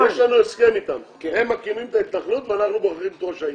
יש לנו הסכם אתם: הם מקימים את ההתנחלות ואנחנו בוחרים את ראש העיר.